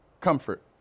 comfort